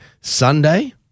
Sunday